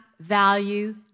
value